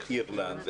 אירלנד,